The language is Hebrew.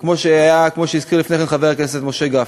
כמו שהזכיר לפני כן חבר הכנסת משה גפני.